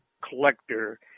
collector